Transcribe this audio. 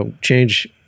change